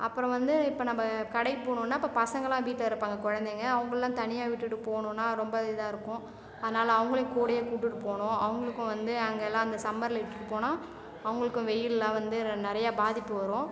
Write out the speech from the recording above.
அப்புறம் வந்து இப்போ நம்ம கடைக்கு போகணுன்னா இப்போ பசங்களாம் வீட்டில் இருப்பாங்க குழந்தைங்க அவங்களெல்லாம் தனியா விட்டுட்டு போகணுன்னா ரொம்ப இதாக இருக்கும் அதனால அவங்களையும் கூடயே கூப்பிட்டுட்டு போகணும் அவங்களுக்கும் வந்து அங்கயெல்லாம் அந்த சம்மரில் இழுட்டுட்டு போனால் அவங்களுக்கும் வெயிலில் வந்து நிறையா பாதிப்பு வரும்